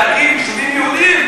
להקים יישובים יהודיים.